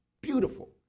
Beautiful